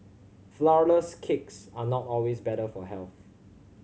flourless cakes are not always better for health